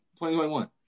2021